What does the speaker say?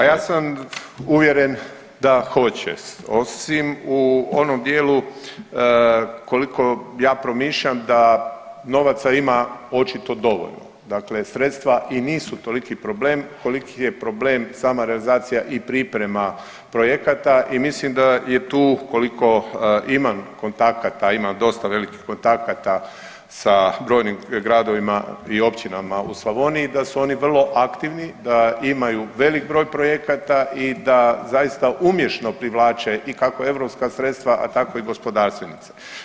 Pa ja sam uvjeren da hoće, osim u onom dijelu koliko ja promišljam da novaca ima očito dovoljno, dakle sredstva i nisu toliki problem koliki je problem sama realizacija i priprema projekata i mislim da je tu koliko imam kontakata, imam dosta velikih kontakata sa brojim gradovima i općinama u Slavoniji da su oni vrlo aktivni, da imaju velik broj projekata i da zaista umješno privlače ikako europska sredstva, a tako i gospodarstvenike.